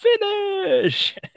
Finish